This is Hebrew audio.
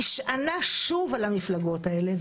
נשענה שוב על המפלגות האלה,